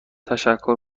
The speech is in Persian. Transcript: تشکر